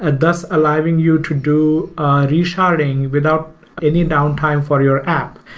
ah thus allowing you to do resharding without any downtime for your app.